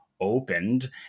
opened